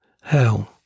hell